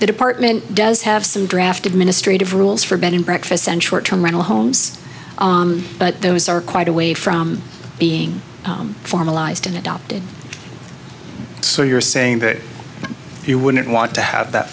the department does have some draft administrative rules for bed and breakfasts and short term rental homes but those are quite a way from being formalized in adopted so you're saying that you wouldn't want to have that